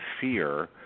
fear